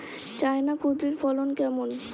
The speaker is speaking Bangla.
চায়না কুঁদরীর ফলন কেমন?